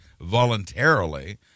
voluntarily